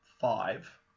five